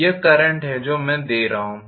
यह करंट है जो मैं दे रहा हूं